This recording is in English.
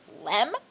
Lem